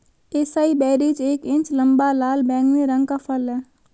acai berries एक inch लंबा, लाल बैंगनी रंग का फल है